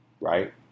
right